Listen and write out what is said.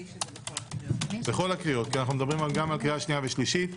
בכל הקריאות, גם שנייה ושלישית.